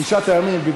תשעת הימים.